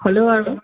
হ'লেও আৰু